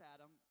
Adam